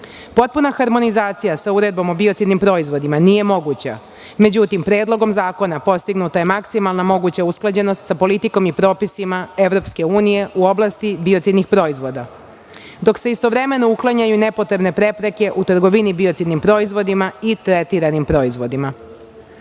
harmonizacija sa Uredbom o biocidnim proizvodima nije moguća. Međutim, Predlogom zakona postignuta je maksimalna moguća usklađenost sa politikom i propisima EU u oblasti biocidnih proizvoda, dok se istovremeno uklanjaju nepotrebne prepreke u trgovini biocidnim proizvodima i tretiranim